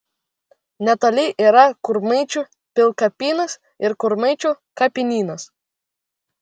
netoli yra kurmaičių pilkapynas ir kurmaičių kapinynas